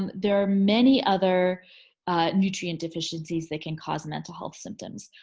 um there are many other nutrient deficiencies that can cause mental health symptoms.